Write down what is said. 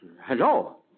hello